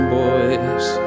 boys